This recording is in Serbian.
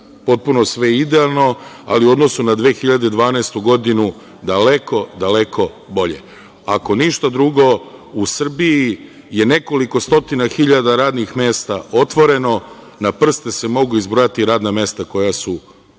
potpuno sve idealno, ali u odnosu na 2012. godinu daleko, daleko bolje. Ako ništa drugo u Srbiji je nekoliko stotina hiljada radnih mesta otvoreno. Na prste se mogu izbrojati radna mesta koja su prestala